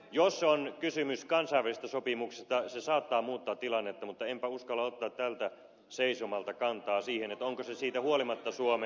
jos on kysymys kansainvälisestä sopimuksesta se saattaa muuttaa tilannetta mutta enpä uskalla ottaa tältä seisomalta kantaa siihen onko se siitä huolimatta suomen etu